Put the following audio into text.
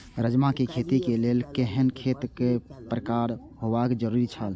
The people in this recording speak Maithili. राजमा के खेती के लेल केहेन खेत केय प्रकार होबाक जरुरी छल?